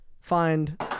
find